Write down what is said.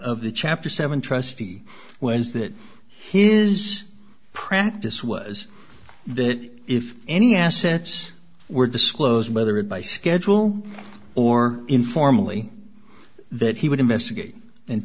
of the chapter seven trustee whens that his practice was that if any assets were disclosed whether it by schedule or informally that he would investigate